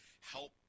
help